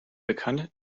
bekannt